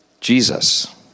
Jesus